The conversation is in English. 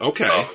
Okay